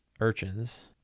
Urchins